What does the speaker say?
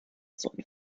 sollen